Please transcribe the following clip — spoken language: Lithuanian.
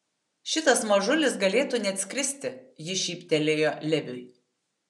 šitas mažulis galėtų net skristi ji šyptelėjo leviui